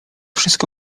wszystko